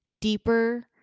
deeper